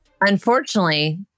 Unfortunately